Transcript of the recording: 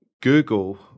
Google